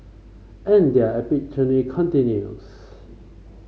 and their epic journey continues